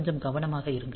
கொஞ்சம் கவனமாக இருங்கள்